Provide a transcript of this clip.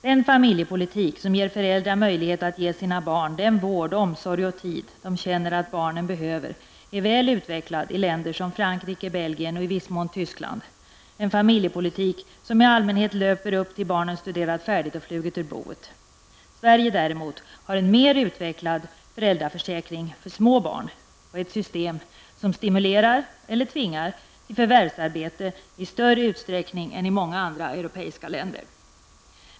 Den familjepolitik som ger föräldrar möjlighet att ge sina barn den vård, omsorg och tid de känner att barnen behöver är väl utvecklad i länder som Frankrike, Belgien och i viss mån Tyskland, en familjepolitik som i allmänhet löper upp till dess att barnen studerat färdigt och flugit ur boet. Sverige däremot har en mer utvecklad föräldraförsäkring för små barn och ett system som stimulerar eller tvingar till förvärvsarbete i större utsträckning än i många andra europeiska länder.